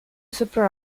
sopra